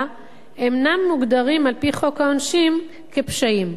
אינם מוגדרים על-פי חוק העונשין כפשעים.